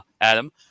Adam